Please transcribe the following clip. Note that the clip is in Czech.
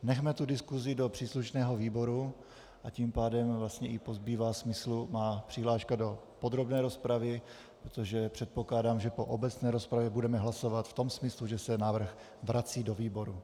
Nechme diskusi do příslušného výboru, a tím pádem vlastně i pozbývá smyslu moje přihláška do podrobné rozpravy, protože předpokládám, že po obecné rozpravě budeme hlasovat v tom smyslu, že se návrh vrací do výboru.